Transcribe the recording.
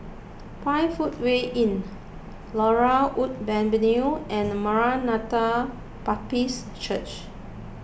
five Footway Inn Laurel Wood Avenue and Maranatha Baptist Church